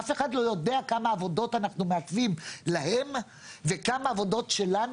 אף אחד לא יודע כמה עבודות אנחנו מעכבים להם וכמה עבודות שלנו